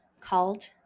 called